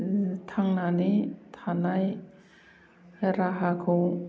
थांनानै थानाय राहाखौ